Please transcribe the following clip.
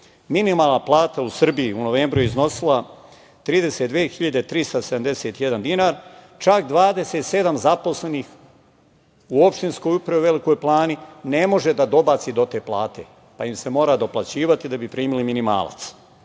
Minimalna plata u Srbiji u novembru je iznosila 32.371 dinar, čak 27 zaposlenih u opštinskoj upravi u Velikoj Plani ne može da dobaci do te plate pa im se mora doplaćivati da bi primili minimalac.